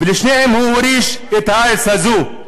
ולשניהם הוא הוריש את הארץ הזו.